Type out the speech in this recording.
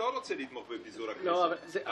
כאשר הבית ידוע למשטרה כיעד של תקיפה,